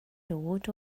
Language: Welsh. dod